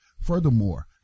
Furthermore